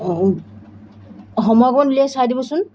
অঁ সময় অকণ উলিয়াই চাই দিবচোন